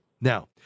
Now